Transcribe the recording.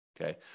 okay